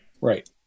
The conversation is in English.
Right